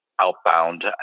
outbound